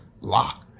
lock